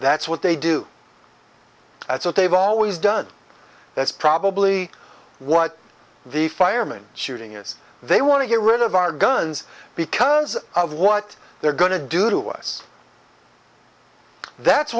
that's what they do that's what they've always done that's probably what the fireman shooting is they want to get rid of our guns because of what they're going to do to us that's